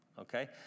Okay